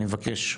אני מבקש,